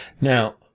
now